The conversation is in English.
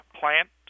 plant